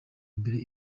mbere